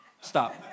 Stop